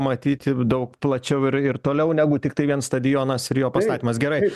matyti daug plačiau ir ir toliau negu tiktai vien stadionas ir jo pastatymas gerai